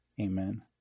Amen